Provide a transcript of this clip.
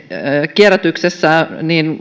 kierrätyksessä